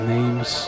Names